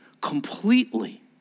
completely